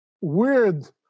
weird